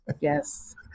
Yes